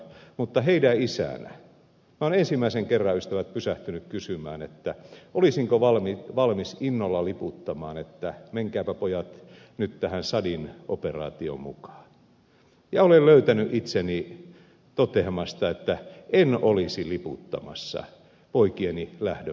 mutta heidän isänään minä olen ensimmäisen kerran ystävät pysähtynyt kysymään olisinko valmis innolla liputtamaan että menkääpä pojat nyt tähän tsadin operaatioon mukaan ja olen löytänyt itseni toteamasta että en olisi liputtamassa poikieni lähdön puolesta